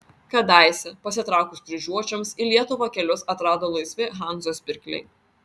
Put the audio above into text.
kadaise pasitraukus kryžiuočiams į lietuvą kelius atrado laisvi hanzos pirkliai